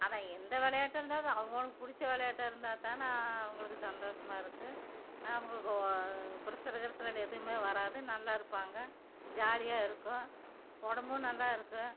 ஆனால் எந்த விளையாட்டாக இருந்தாலும் அவுங்களுக் பிடிச்ச விளையாட்டாக இருந்தால் தான் அவங்களுக்கு சந்தோஷமா இருக்கும் அவங்களுக்கு ப்ரசரு கிசருலு எதுவுமே வராது நல்லா இருப்பாங்க ஜாலியாக இருக்கும் உடம்பும் நல்லாருக்கும்